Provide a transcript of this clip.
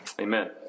Amen